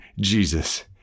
Jesus